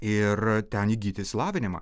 ir ten įgyti išsilavinimą